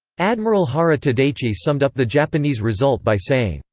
admiral hara tadaichi summed up the japanese result by saying,